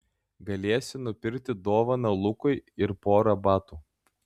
galėsiu nupirkti dovaną lukui ir porą batų